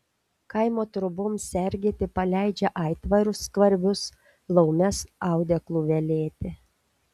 kaimo troboms sergėti paleidžia aitvarus skvarbius laumes audeklų velėti